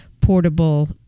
portable